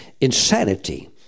insanity